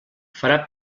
farà